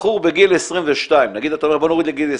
בחור בגיל 22, נגיד אתה אומר שנוריד לגיל 22,